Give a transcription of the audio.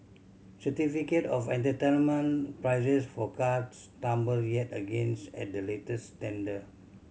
certificate of entitlement prices for cars tumbled yet against at the latest tender